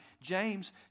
James